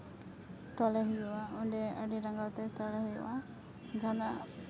ᱛᱚᱞᱮ ᱦᱩᱭᱩᱜᱼᱟ ᱚᱸᱰᱮ ᱟᱹᱰᱤ ᱨᱟᱸᱜᱟᱣ ᱛᱮ ᱛᱚᱞᱮ ᱦᱩᱭᱩᱜᱼᱟ ᱡᱟᱦᱟᱱᱟᱜ